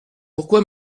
pourquoi